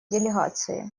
делегации